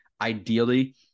ideally